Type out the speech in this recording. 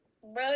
Bro